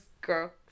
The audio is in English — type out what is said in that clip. girl